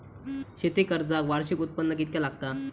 शेती कर्जाक वार्षिक उत्पन्न कितक्या लागता?